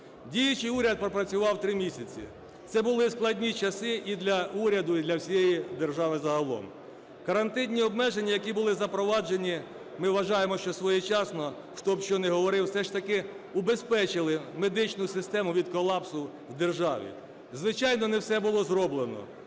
Діючий уряд пропрацював 3 місяці. Це були складні часи і для уряду, і для всієї держави загалом. Карантинні обмеження, які були запроваджені, ми вважаємо, що своєчасно, хто б що не говорив, все ж таки убезпечили медичну систему від колапсу в державі. Звичайно, не все було зроблено.